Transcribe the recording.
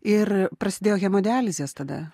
ir prasidėjo hemodializės tada